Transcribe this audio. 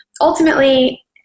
ultimately